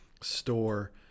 store